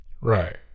Right